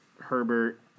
Herbert